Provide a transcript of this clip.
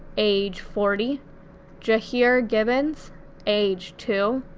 age forty ja'hir gibbons age two,